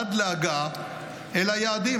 עד להגעה אל היעדים.